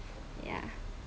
yeah